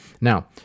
Now